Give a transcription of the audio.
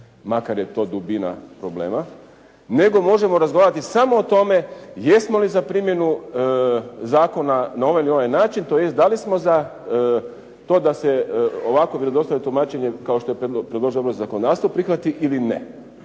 makar je to dubina problema, nego možemo razgovarati samo o tome jesmo li za primjenu zakona na ovaj ili onaj način tj. da li smo za to da se ovako … /Govornik se ne razumije./ … tumačenje, kao što je predložio Odbor za zakonodavstvo, prihvati ili ne.